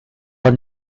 are